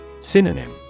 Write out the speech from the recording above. Synonym